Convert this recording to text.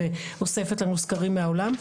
ואוספת לנו סקרים מהעולם,